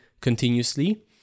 continuously